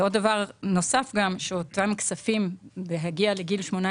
דבר נוסף הוא שבהגיעו לגיל 18